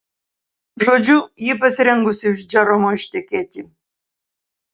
žodžiu ji pasirengusi už džeromo ištekėti